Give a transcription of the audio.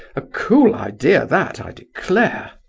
a cool idea that, i declare!